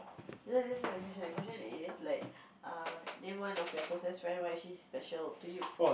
no that's not the question the question is like err name one of your closest friend why is she special to you